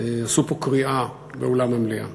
עשו פה קריעה, באולם המליאה.